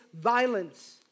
violence